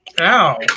Ow